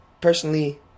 Personally